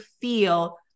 feel